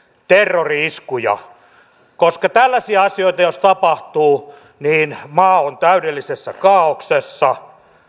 terrori iskuja jos tällaisia asioita tapahtuu niin maa on täydellisessä kaaoksessa